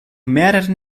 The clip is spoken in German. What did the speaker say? mehreren